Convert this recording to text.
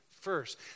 first